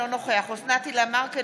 אינו נוכח אוסנת הילה מארק,